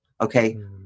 Okay